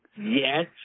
Yes